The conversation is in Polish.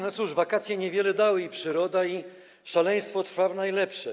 No cóż, wakacje niewiele dały, i przyroda, i szaleństwo trwa w najlepsze.